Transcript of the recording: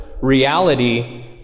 reality